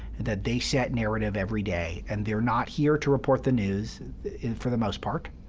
that they set narrative every day, and they're not here to report the news for the most part.